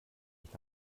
ich